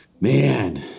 Man